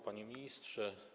Panie Ministrze!